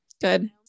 Good